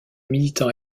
militant